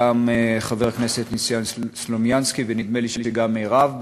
גם חבר הכנסת ניסן סלומינסקי ונדמה לי שגם מרב.